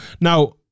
Now